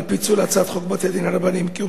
על פיצול הצעת חוק בתי-דין רבניים (קיום